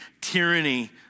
tyranny